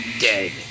Dead